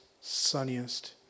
sunniest